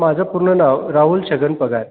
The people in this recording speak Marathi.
माझं पूर्ण नाव राहुल छगन पगार